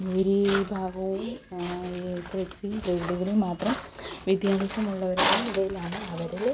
ഭൂരിഭാഗവും S L C മാത്രം വിദ്യഭ്യാസമുള്ളവരുടെ ഇടയിലാണ് അവരില്